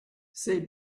c’est